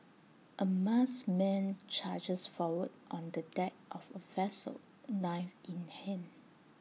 A masked man charges forward on the deck of A vessel knife in hand